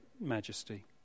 majesty